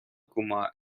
кума